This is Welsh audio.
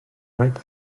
reit